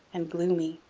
and gloomy.